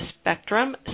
Spectrum